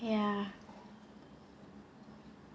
ya